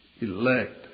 elect